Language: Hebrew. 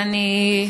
אז אני,